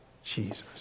Jesus